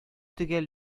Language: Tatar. төгәл